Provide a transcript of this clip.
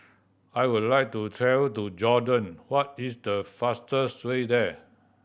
I would like to travel to Jordan what is the fastest way there